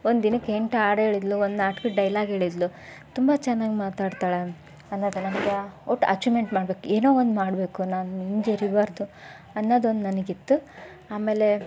ಒಂದು ದಿನಕ್ಕೆ ಎಂಟು ಹಾಡ್ ಹೇಳಿದ್ಳು ಒಂದು ನಾಟ್ಕದ ಡೈಲಾಗ್ ಹೇಳಿದ್ಲು ತುಂಬ ಚೆನ್ನಾಗಿ ಮಾತಾಡ್ತಾಳೆ ಅನ್ನೋದು ನಮ್ಗೆ ಒಟ್ಟು ಅಚೀವ್ಮೆಂಟ್ ಮಾಡ್ಬೇಕು ಏನೋ ಒಂದು ಮಾಡಬೇಕು ನಾನು ಹಿಂಜರಿಬಾರ್ದು ಅನ್ನೋದೊಂದು ನನಗಿತ್ತು ಆಮೇಲೆ